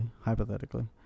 hypothetically